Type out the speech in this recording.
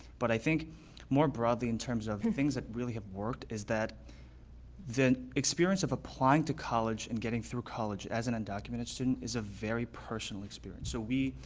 but i think more broadly in terms of things that really have worked is that the experience of applying to college and getting through college as an undocumented student is a very personal experience. so we,